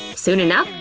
soon enough,